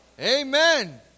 Amen